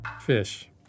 Fish